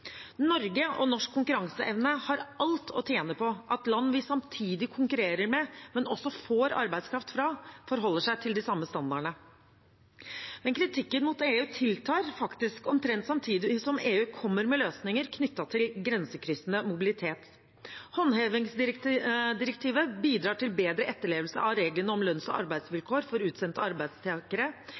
Norge og norsk konkurranseevne har alt å tjene på at land vi konkurrerer med, men samtidig også får arbeidskraft fra, forholder seg til de samme standardene. Men kritikken mot EU tiltar faktisk omtrent samtidig som EU kommer med løsninger knyttet til grensekryssende mobilitet. Håndhevingsdirektivet bidrar til bedre etterlevelse av reglene om lønns- og arbeidsvilkår for utsendte arbeidstakere.